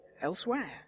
elsewhere